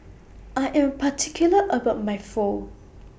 I Am particular about My Pho